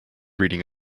reading